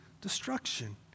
destruction